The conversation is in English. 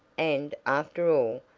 and, after all,